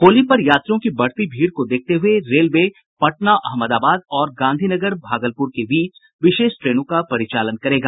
होली पर यात्रियों की बढ़ती भीड़ को देखते हुए रेलवे पटना अहमदाबाद और गांधीनगर भागलपुर के बीच विशेष ट्रेनों का परिचालन करेगा